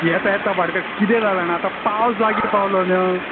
येता येता भाटकारा कितें जालां जाणां आतां पावस लागीं पावलो न्हय